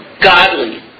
godly